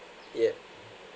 yeah